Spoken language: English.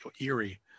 eerie